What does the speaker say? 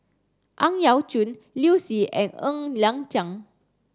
Ang Yau Choon Liu Si and Ng Liang Chiang